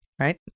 Right